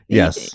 yes